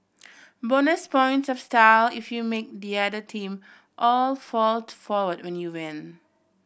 bonus points of style if you make the other team all fall forward when you win